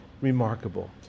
remarkable